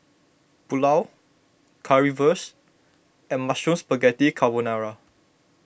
Pulao Currywurst and Mushroom Spaghetti Carbonara